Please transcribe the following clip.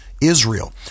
Israel